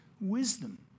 wisdom